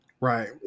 Right